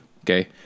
Okay